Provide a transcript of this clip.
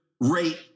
rate